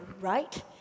right